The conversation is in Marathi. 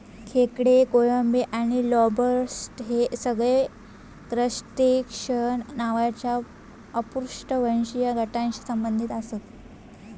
खेकडे, कोळंबी आणि लॉबस्टर हे सगळे क्रस्टेशिअन नावाच्या अपृष्ठवंशी गटाशी संबंधित आसत